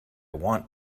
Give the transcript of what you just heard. want